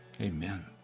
Amen